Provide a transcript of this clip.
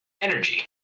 Energy